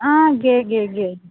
आं गे गे गे